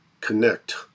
connect